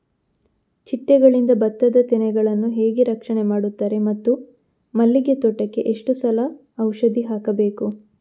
ಚಿಟ್ಟೆಗಳಿಂದ ಭತ್ತದ ತೆನೆಗಳನ್ನು ಹೇಗೆ ರಕ್ಷಣೆ ಮಾಡುತ್ತಾರೆ ಮತ್ತು ಮಲ್ಲಿಗೆ ತೋಟಕ್ಕೆ ಎಷ್ಟು ಸಲ ಔಷಧಿ ಹಾಕಬೇಕು?